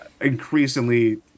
increasingly